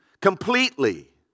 completely